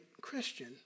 Christian